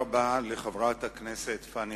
תודה רבה לחברת הכנסת פניה